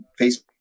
Facebook